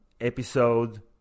episode